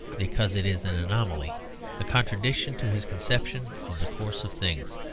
because it is an anomaly a contradiction to his conception of the course of things.